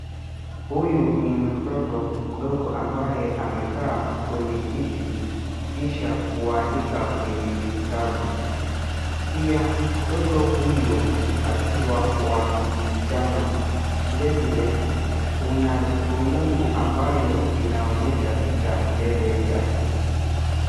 Huyu ni mtoto mdogo ambaye amekaa kwenye kiti, kisha kuandika kwenye kitabu. Pia mtoto huyo akiwa wa kischana. Vile vile, kuna rununu ambayo inaonyesha picha mbele yake.